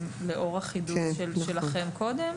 לאור החידוש שלכם קודם?